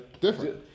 different